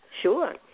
Sure